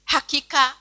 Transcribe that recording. Hakika